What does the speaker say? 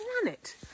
planet